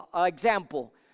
example